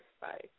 Bye